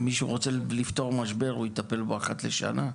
אם מישהו רוצה לפתור משבר הוא יטפל בו אחת לשנה?